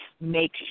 make